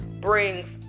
brings